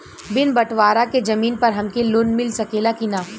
बिना बटवारा के जमीन पर हमके लोन मिल सकेला की ना?